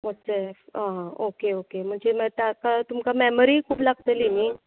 WhatsApp आं okay okay म्हणजे माय ताका तुमकां मॅमरीय खूब लागतली न्ही